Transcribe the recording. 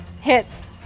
Hits